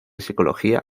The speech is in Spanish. psicología